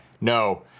no